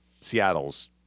Seattle's